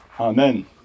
Amen